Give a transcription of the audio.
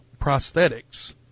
prosthetics